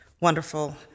wonderful